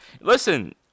Listen